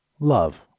Love